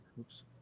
Oops